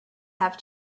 have